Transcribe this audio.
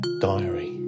Diary